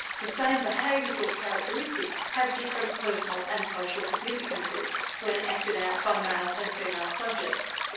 the same behaviours or characteristics have different personal and social significances when acted out by male and female subjects.